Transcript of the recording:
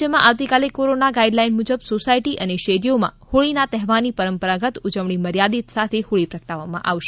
રાજ્યમાં આવતીકાલે corona guideline મુજબ સોસાયટી શેરીઓમાં હોળીના તહેવારની પરંપરાગત ઉજવણી મર્યાદિત સાથે હોળી પ્રગટાવવામાં આવશે